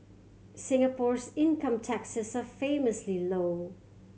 Singapore's income taxes are famously low